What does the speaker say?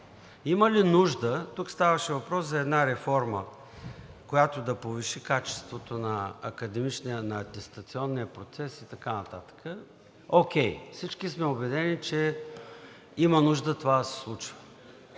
Има ли нужда? Тук ставаше въпрос за една реформа, която да повиши качеството на академичния, на атестационния процес и така нататък. Окей, всички сме убедени, че има нужда това да се случва.